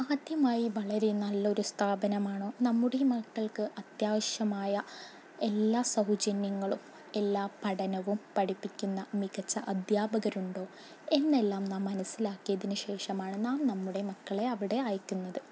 ആദ്യമായി വളരെ നല്ലൊരു സ്ഥാപനമാണോ നമ്മുടെ മക്കൾക്ക് അത്യാവശ്യമായ എല്ലാ സൗജന്യങ്ങളും എല്ലാ പഠനവും പഠിപ്പിക്കുന്ന മികച്ച അദ്ധ്യാപകരുണ്ടോ എന്നെല്ലാം നാം മനസ്സിലാക്കിയതിന് ശേഷമാണ് നാം നമ്മുടെ മക്കളെ അവിടെ അയക്കുന്നത്